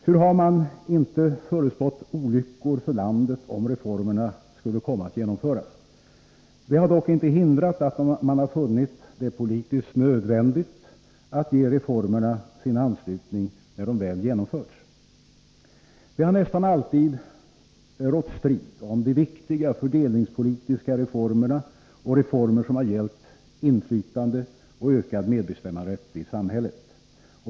Hur har man inte förespått olyckor för landet om reformerna skulle komma att genomföras. Det har dock inte hindrat att man har funnit det politiskt nödvändigt att ge reformerna sin anslutning när de väl genomförts. Det har nästan alltid rått strid om de viktiga fördelningspolitiska reformerna och om reformer som har gällt inflytande och ökad medbestämmanderätt i samhället.